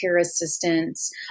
assistance